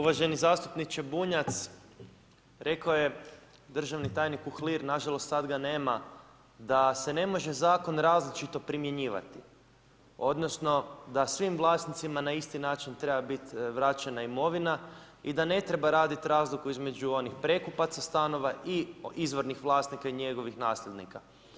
Uvaženi zastupniče Bunjac, rekao je državni tajnik Uhlir, nažalost sad ga nema, da se ne može zakon različito primjenjivati odnosno da svim vlasnicima na isti način treba biti vraćena imovina i da ne treba raditi razliku između onih prekupaca stanova i izvornih vlasnika i njegovih nasljednika.